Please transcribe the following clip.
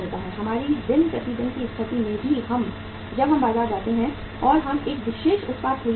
हमारी दिन प्रतिदिन की स्थिति में भी जब हम बाजार जाते हैं और हम एक विशेष उत्पाद खरीदना चाहते हैं